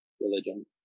religion